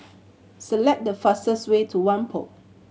select the fastest way to Whampoa